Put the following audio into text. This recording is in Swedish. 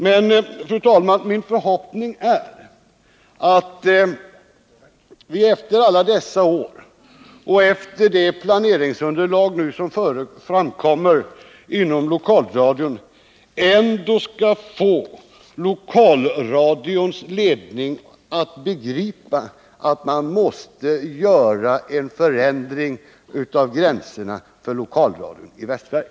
Men min förhoppning, fru talman, är att efter alla dessa år och med det planeringsunderlag som framkommer inom lokalradion skall vi ändå få lokalradions ledning att begripa att man måste göra en förändring av gränserna för lokalradion i Västsverige.